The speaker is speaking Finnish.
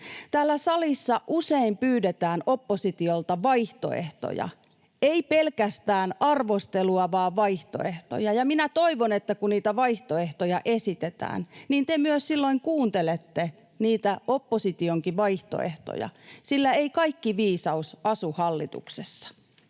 Täällä salissa usein pyydetään oppositiolta vaihtoehtoja, ei pelkästään arvostelua, vaan vaihtoehtoja, ja toivon, että kun niitä vaihtoehtoja esitetään, te myös silloin kuuntelette niitä oppositionkin vaihtoehtoja, sillä ei kaikki viisaus asu hallituksessa.